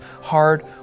hard